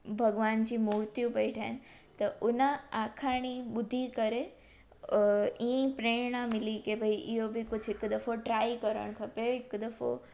भॻवान जी मुर्तीयूं पई ठाहिण त उन आखाणी ॿुधी करे अ ईअं ई प्रेरणा मिली के भई इहो बि कुझु हिकु दफ़ो ट्राई करणु खपे हिकु दफ़ो